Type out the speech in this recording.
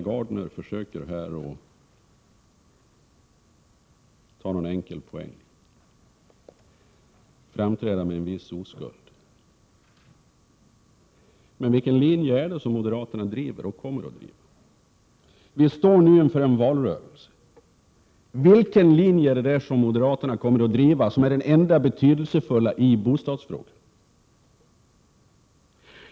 Hon försöker här ta en enkel poäng och framträder med en viss oskuld, men vilken linje är det som moderaterna driver och kommer att driva? Vi står nu inför en valrörelse. Vilken linje kommer moderaterna att driva som den enda betydelsefulla i bostadsfrågor?